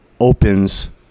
opens